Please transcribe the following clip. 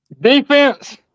Defense